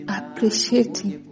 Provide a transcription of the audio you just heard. appreciating